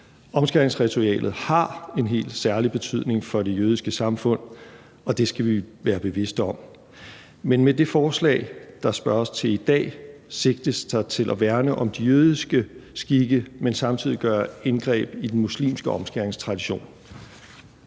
Omskæringsritualet har en helt særlig betydning for det jødiske samfund, og det skal vi være bevidst om. Men med det spørgsmål, der bliver stillet i dag, sigtes der til at værne om de jødiske skikke, men samtidig til at gøre indgreb i den muslimske omskæringstradition.